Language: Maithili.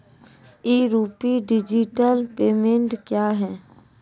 ई रूपी डिजिटल पेमेंट क्या हैं?